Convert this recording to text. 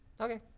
Okay